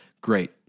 Great